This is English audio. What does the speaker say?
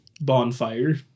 bonfire